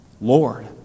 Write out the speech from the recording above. Lord